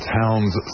towns